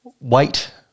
wait